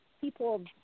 people